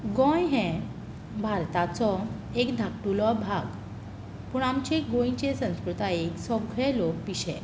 गोंय हें भारताचो एक धाकटुलो भाग पूण आमचे गोंयचे संस्कृतायेक सगळे लोक पिशे